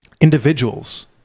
individuals